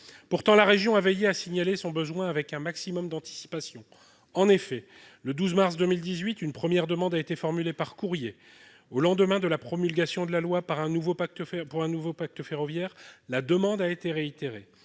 Pourtant, la région a veillé à signaler son besoin avec un maximum d'anticipation. En effet, le 12 mars 2018, une première demande a été formulée par courrier. Au lendemain de la promulgation de la loi pour un nouveau pacte ferroviaire, la demande a été réitérée.